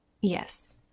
Yes